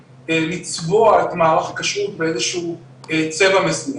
לצבוע את מערך הכשרות באיזה שהוא צבע מסוים.